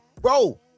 Bro